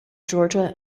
georgia